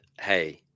hey